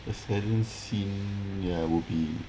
the saddest scene ya would be